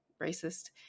racist